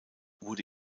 wurde